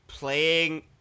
Playing